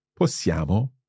Possiamo